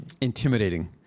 intimidating